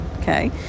okay